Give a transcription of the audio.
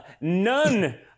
none